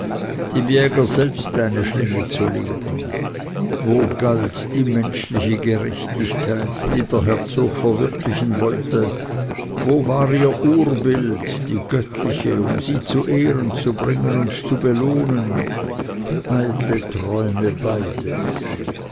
dem jäger selbst eine schlinge zu legen wo galt die menschliche gerechtigkeit die der herzog verwirklichen wollte wo war ihr urbild die göttliche um sie zu ehren zu bringen und zu belohnen eitle träume beides